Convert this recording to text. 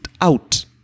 out